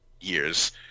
years